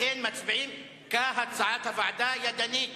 לכן, מצביעים כהצעת הוועדה, ידנית.